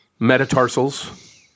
metatarsals